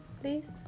please